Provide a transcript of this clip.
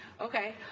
Okay